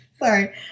Sorry